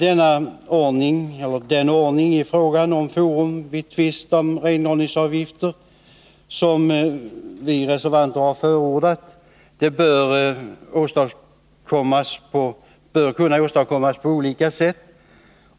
Den ordning i fråga om forum vid tvist om renhållningsavgifter som vi reservanter förordat bör kunna åstadkommas på olika sätt.